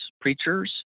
preachers